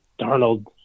Darnold